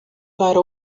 para